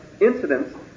incidents